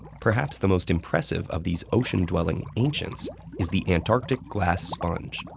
perhaps the most impressive of these ocean-dwelling ancients is the antarctic glass sponge,